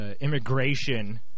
immigration